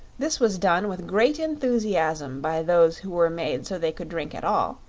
this was done with great enthusiasm by those who were made so they could drink at all,